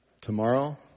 Tomorrow